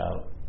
out